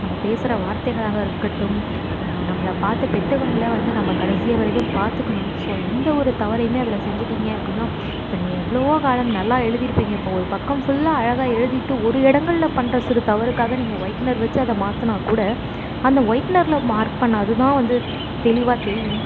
நம்ப பேசற வார்த்தைகளாக இருக்கட்டும் நம்பளை பார்த்து பெற்றவங்கள வந்து நம்ப கடைசிய வரைக்கும் பார்த்துக்கணும் ஸோ எந்த ஒரு தவறையுமே அதில் செஞ்சுட்டிங்க அப்படின்னா இப்போ நீங்கள் எவ்வளோவோ காலம் நல்லா எழுதியிருப்பிங்க இப்போது ஒரு பக்கம் ஃபுல்லாக அழகாக எழுதிவிட்டு ஒரு இடங்கள்ல பண்ற சிறு தவறுக்காக நீங்கள் ஒயிட்னர் வெச்சு அதை மாற்றினா கூட அந்த ஒயிட்னரில் மார்க் பண்ண அதுதான் வந்து தெளிவாக தெரியும்